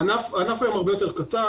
הענף היום הרבה יותר קטן,